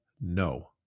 no